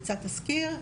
יצא תזכיר,